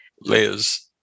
liz